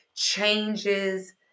changes